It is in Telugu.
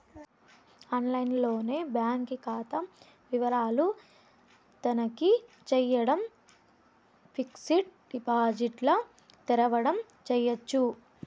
ఆన్లైన్లోనే బాంకీ కాతా వివరాలు తనఖీ చేయడం, ఫిక్సిడ్ డిపాజిట్ల తెరవడం చేయచ్చు